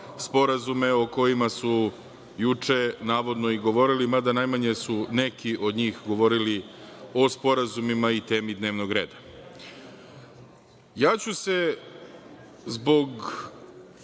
sporazume o kojima su juče navodno i govorili, mada najmanje su neki od njih govorili o sporazumima i temi dnevnog reda. Zbog